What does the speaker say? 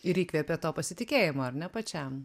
ir įkvėpė to pasitikėjimo ar ne pačiam